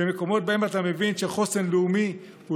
מקומות שבהם אתה מבין שחוסן לאומי הוא